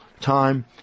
time